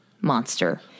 monster